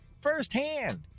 firsthand